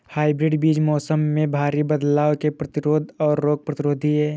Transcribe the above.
hybrid बीज मौसम में भारी बदलाव के प्रतिरोधी और रोग प्रतिरोधी हैं